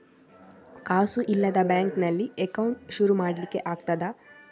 ಕಾಸು ಇಲ್ಲದ ಬ್ಯಾಂಕ್ ನಲ್ಲಿ ಅಕೌಂಟ್ ಶುರು ಮಾಡ್ಲಿಕ್ಕೆ ಆಗ್ತದಾ?